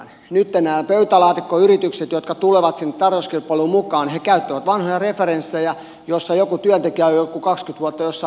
nyt nämä pöytälaatikkoyritykset jotka tulevat sinne tarjouskilpailuun mukaan käyttävät vanhoja referenssejä joissa joku työntekijä on jotain tehnyt jossain kaksikymmentä vuotta